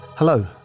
Hello